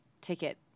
ticket